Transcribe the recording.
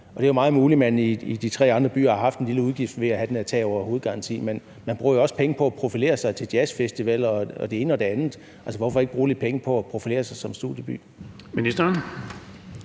Det er meget muligt, at man i de tre andre byer har haft en lille udgift ved at have den her tag over hovedet-garanti, men man bruger jo også penge på at profilere sig til jazzfestivaler og det ene og det andet. Altså, hvorfor ikke bruge lidt penge på at profilere sig som studieby?